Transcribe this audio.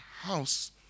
house